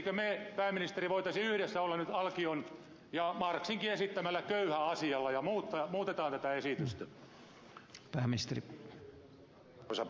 emmekö me pääministeri voisi yhdessä olla nyt alkion ja marxinkin esittämällä köyhän asialla niin että muutetaan tätä esitystä